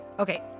Okay